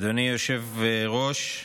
אדוני היושב-ראש.